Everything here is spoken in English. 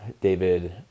david